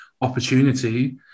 opportunity